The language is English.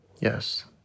Yes